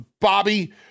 Bobby